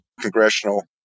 congressional